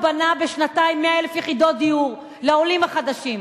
הוא בנה בשנתיים 100,000 יחידות דיור לעולים החדשים.